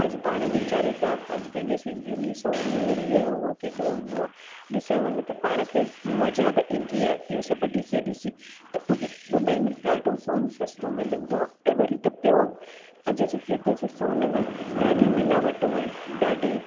अॼु पाण विचारियूं था अॼु पंहिंजे सिंधियुनि में सोन इहा उहा केॾो हूंदो आहे ॾिसणु वञ त पाण खे मज़ा बि ईंदी आहे सभु ॾिसी ॾिसी त उते दुबई में ॾाढो सोन सस्तो मिलंदो आहे वरी त प्योर अॼु जे हिते जे सोन में ॾाढी मिलावटूं आहिनि ॾाढी